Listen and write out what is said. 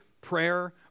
prayer